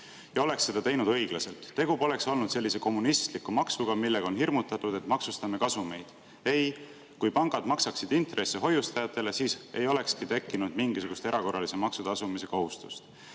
ja oleks seda teinud õiglaselt. Tegu poleks olnud sellise kommunistliku maksuga, millega on hirmutatud, et maksustame kasumeid. Ei, kui pangad maksaksid intressi hoiustajatele, siis ei olekski tekkinud mingisugust erakorralise maksu tasumise kohustust.